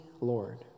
Lord